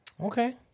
Okay